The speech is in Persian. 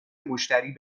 مشتری